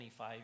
25